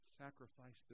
sacrifice